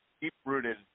deep-rooted